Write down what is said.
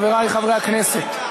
חברי חברי הכנסת,